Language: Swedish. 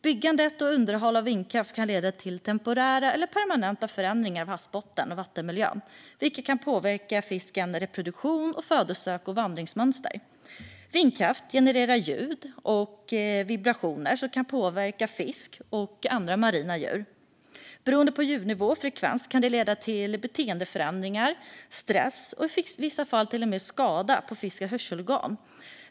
Byggandet och underhållet av vindkraftverk kan leda till temporära eller permanenta förändringar av havsbottnen och vattenmiljön, vilket kan påverka fiskens reproduktion, födosök och vandringsmönster. Vindkraftverk genererar ljud och vibrationer som kan påverka fiskar och andra marina djur. Beroende på ljudnivå och frekvens kan det leda till beteendeförändringar, stress och i vissa fall till och med skada på fiskens hörselorgan.